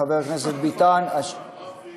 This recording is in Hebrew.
חבר הכנסת ביטן, אמרתי